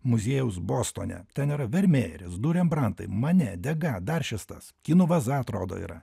muziejaus bostone ten yra du rembrantai mane dega dar šis tas kinų vaza atrodo yra